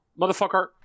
Motherfucker